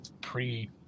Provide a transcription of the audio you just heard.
pre